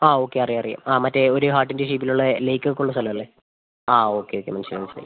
ആ ഓക്കെ അറിയാം അറിയാം ആ മറ്റേ ഒരു ഹാർട്ടിൻ്റെ ഷെയ്പ്പിലുള്ള ലേക്ക് ഒക്കെ ഉള്ള സ്ഥലം അല്ലേ ആ ഓക്കെ ഓക്കെ മനസ്സിലായി മനസ്സിലായി